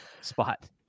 spot